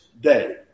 day